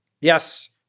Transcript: Yes